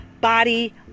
body